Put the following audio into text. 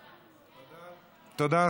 תודה,